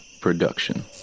Production